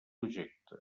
projecte